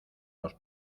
los